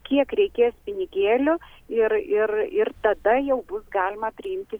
kiek reikės pinigėlių ir ir ir tada jau bus galima priimti